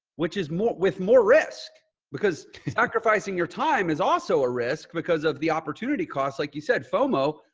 which is more with more risk because sacrificing your time is also a risk because of the opportunity costs. like you said, fomo,